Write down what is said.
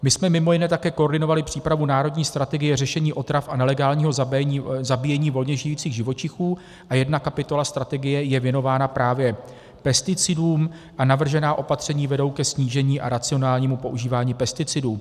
My jsme mimo jiné také koordinovali přípravu Národní strategie řešení otrav a nelegálního zabíjení volně žijících živočichů a jedna kapitola strategie je věnována právě pesticidům a navržená opatření vedou ke snížení a racionálnímu používání pesticidů.